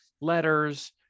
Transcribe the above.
letters